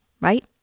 right